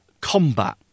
combat